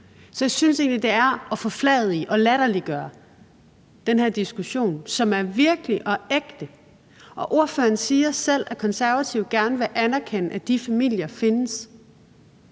Så jeg synes egentlig, det er at forfladige og latterliggøre den her diskussion, som er virkelig og ægte. Ordføreren siger selv, at Konservative gerne vil anerkende, at de familier findes.